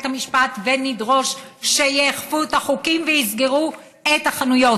המשפט ונדרוש שיאכפו את החוקים ויסגרו את החנויות.